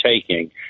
taking